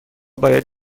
باید